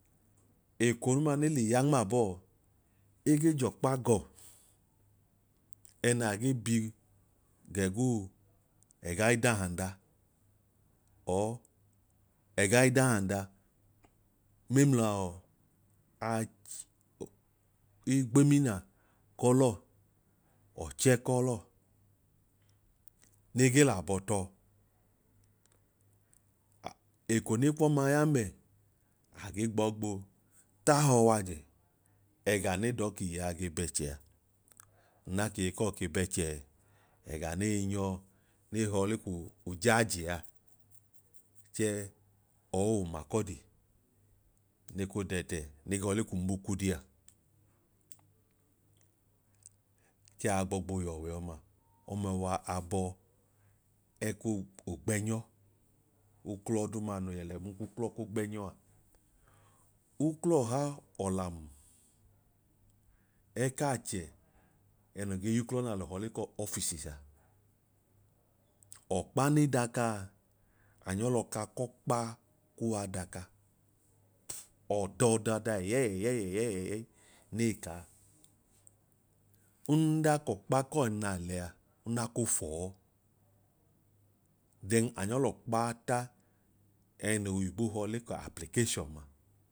Eko n ma ne le ya nmaabọọ, ege j'ọkpa gọọ ẹnaa ge bi gẹ guu ẹga idahanda or ẹga idahanda mẹmla ọọ ach igbomina kọlọọ, ọchẹ kọlọọ ne ge l'abọ tọọ. Eko ne kwọmaa ya mẹ, agee gbọọ gboo t'ahọ w'ajẹ ẹga ne dọọ k'iyea ge bẹchẹ a. Nnan k'iye kọọ kei bẹchẹẹ, ẹga nei nyọ ne họọ le ku ujaaji a chẹẹ or umakọdi n'eko tẹtẹ ne họọ le k'umokudi a, chẹẹ aa gbọọ gboo yẹ ọwẹ ọma. Ọma wa abọ ẹku ogbẹnyọ, uklọ duuma noo yẹ lẹ b'uklọ k'ogbẹnyọ a. Uklọ ọha ọlamu ẹkaachẹ ẹnoo ge y'uklọ n'alọ họọ le k'offices a, ọkpa ne da kaa anyọ lọka k'ọkpa kuwaa daka. Ọdọọdọda ẹyẹẹyẹẹyẹẹyẹi nei kaa, nda k'ọkpa kọọ naa lẹa nda ko fọọ then anyọọ l'ọkpata ẹnoyibo họọ le kọ application ma